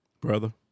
Brother